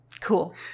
Cool